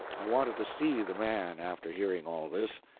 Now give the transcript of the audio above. i wanted to see the man, after hearing all this.